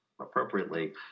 appropriately